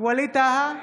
ווליד טאהא,